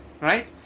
right